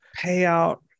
Payout